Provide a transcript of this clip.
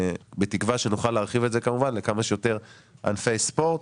בתקווה שנוכל להרחיב את זה כמובן לכמה שיותר ענפי ספורט.